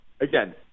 again